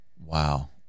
Wow